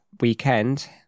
weekend